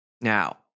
Now